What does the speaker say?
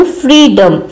freedom